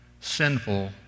sinful